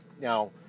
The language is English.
Now